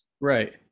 Right